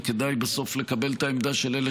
וכדאי בסוף לקבל את העמדה של אלה